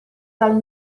dal